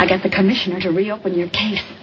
i get the commissioner to reopen your case